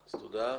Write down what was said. אז תודה.